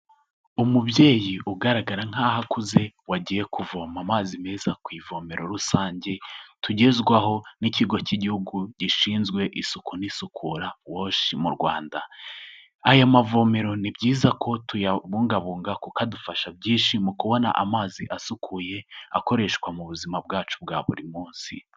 Umubyeyi ugaragara nk'aho akuze wagiye kuvoma amazi meza ku ivomero rusange tugezwaho n'ikigo cy'igihugu gishinzwe isuku n'isukura wash mu Rwanda, aya mavomero ni byiza ko tuyabungabunga kuko adufasha byinshi mu kubona amazi asukuye akoreshwa mu buzima bwacu bwa buri munsi.